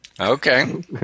okay